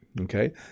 okay